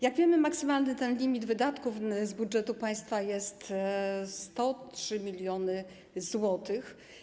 Jak wiemy, maksymalny limit wydatków z budżetu państwa to 103 mln zł.